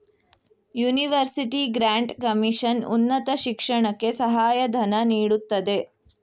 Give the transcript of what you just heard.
university grant commission ಉನ್ನತ ಶಿಕ್ಷಣಕ್ಕೆ ಸಹಾಯ ಧನ ನೀಡುತ್ತದೆ